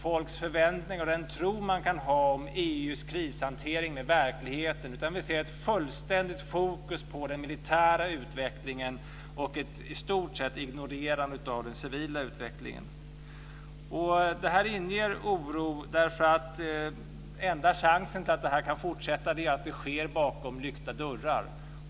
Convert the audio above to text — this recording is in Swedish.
Folks förväntningar och den tro man kan ha om EU:s krishantering rimmar inte riktigt med verkligheten, utan vi ser ett fullständigt fokus på den militära utvecklingen och ett i stort sett ignorerande av den civila utvecklingen. Detta inger oro. Den enda möjligheten att det här kan fortsätta är att det sker bakom lyckta dörrar.